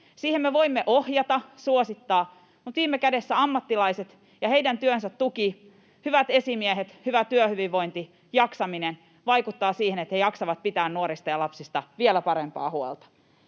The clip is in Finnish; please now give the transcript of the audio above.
siihen me voimme ohjata, suosittaa, mutta viime kädessä ammattilaiset ja heidän työnsä tuki, hyvät esimiehet, hyvä työhyvinvointi ja jaksaminen, vaikuttavat siihen, että he jaksavat pitää nuorista ja lapsista vielä parempaa huolta.